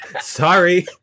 sorry